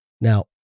Now